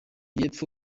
y’epfo